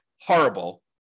horrible